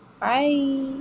Bye